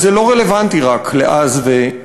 אבל זה רלוונטי לא רק לאז ולשם,